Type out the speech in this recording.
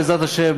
בעזרת השם,